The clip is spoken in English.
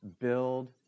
build